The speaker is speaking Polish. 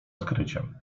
odkryciem